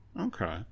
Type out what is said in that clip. Okay